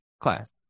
class